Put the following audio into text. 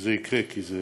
שזה יקרה, כי זה